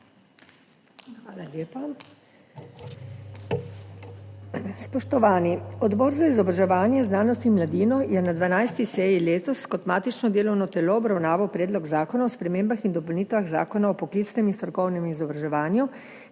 Hvala lepa. Spoštovani! Odbor za izobraževanje, znanost in mladino je na 12. seji letos kot matično delovno telo obravnaval Predlog zakona o spremembah in dopolnitvah Zakona o poklicnem in strokovnem izobraževanju,